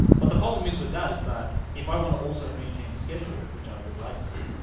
but the problem is with that is that if i want to also maintain a schedule, which i would like to,